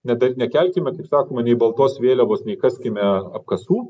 nedel nekelkime kaip sakoma nei baltos vėliavos nei kaskime apkasų